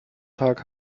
tag